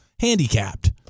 handicapped